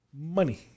money